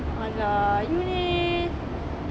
!alah! you ni